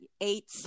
eight